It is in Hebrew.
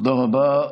תודה רבה.